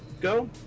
go